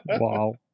Wow